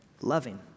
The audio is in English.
loving